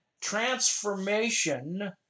transformation